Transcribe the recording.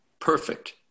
Perfect